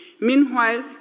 meanwhile